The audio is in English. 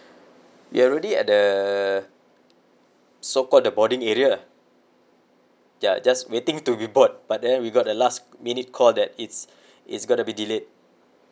we were already at the so called the boarding area ya just waiting to report but then we got the last minute call that it's it's gonna be delayed